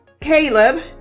caleb